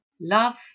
love